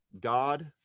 God